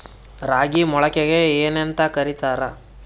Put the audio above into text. ರಾಗಿ ಮೊಳಕೆಗೆ ಏನ್ಯಾಂತ ಕರಿತಾರ?